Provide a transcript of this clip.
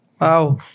Wow